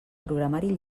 programari